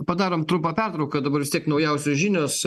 padarom trumpą pertrauką dabar vistiek naujausios žinios